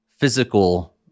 physical